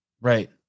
Right